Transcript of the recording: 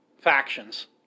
factions